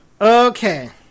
Okay